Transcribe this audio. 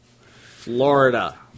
Florida